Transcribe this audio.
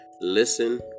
listen